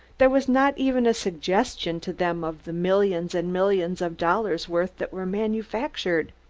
there was not even a suggestion to them of the millions and millions of dollars' worth that were manufactured.